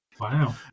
Wow